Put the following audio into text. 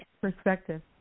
perspective